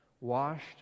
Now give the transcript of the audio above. Washed